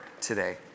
today